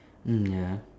mm ya